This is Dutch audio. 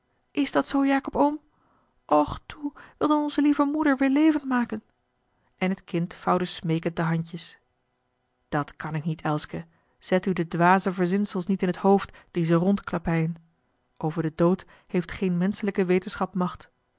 is dat zoo jacob oom och toe wil dan onze lieve moeder weêr levend maken en het kind vouwde smeekend de handjes dat kan ik niet elske zet u de dwaze verzinsels niet in t hoofd die ze rondklappeien over den dood heeft geen menschelijke wetenschap macht